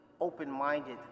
open-minded